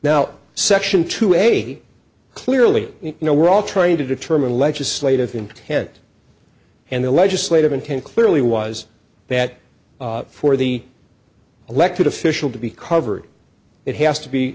now section two a clearly you know we're all trying to determine legislative intent and the legislative intent clearly was that for the elected official to be covered it has to be